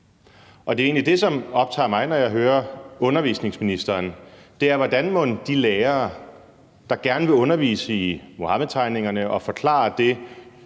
optager mig, når jeg hører undervisningsministeren, er, hvordan de lærere, der gerne vil undervise i Muhammedtegningerne og forklare det